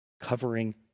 covering